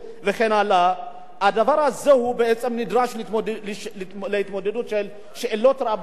הדבר הזה נדרש להתמודדות עם שאלות רבות שהחברה הישראלית עוסקת בהן.